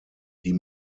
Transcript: die